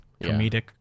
comedic